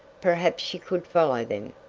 perhaps she could follow them.